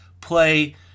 play